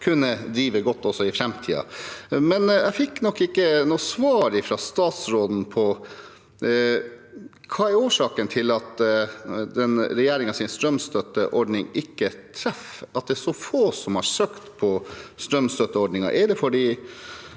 kunne drive godt også i framtiden. Men jeg fikk ikke noe svar fra statsråden på hva som er årsaken til at regjeringens strømstøtteordning ikke treffer, at det er så få som har søkt på strømstøtteordningen.